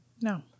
No